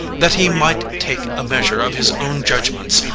that he might take a measure of his own judgments,